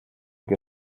que